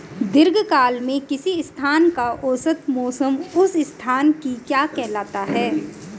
दीर्घकाल में किसी स्थान का औसत मौसम उस स्थान की क्या कहलाता है?